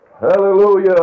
Hallelujah